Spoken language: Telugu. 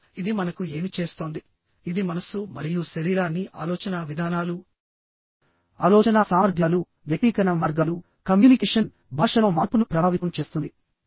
ఇప్పుడు ఇది మనకు ఏమి చేస్తోంది ఇది మనస్సు మరియు శరీరాన్ని ఆలోచనా విధానాలుఆలోచనా సామర్థ్యాలువ్యక్తీకరణ మార్గాలు కమ్యూనికేషన్ భాషలో మార్పును ప్రభావితం చేస్తుంది